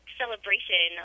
celebration